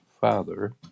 father